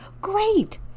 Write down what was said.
great